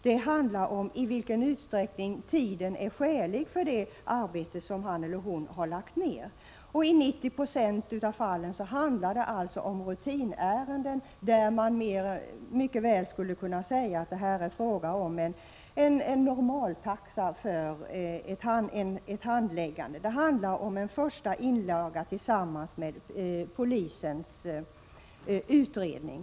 Det handlar om vad som är skälig tid för det arbete som han eller hon har lagt ned. 90 96 av fallen är rutinärenden, där man mycket väl skulle kunna säga att det är fråga om en normaltaxa för handläggandet. Det handlar då om en första inlaga tillsammans med polisens utredning.